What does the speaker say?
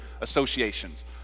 associations